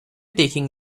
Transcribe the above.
taking